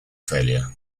failure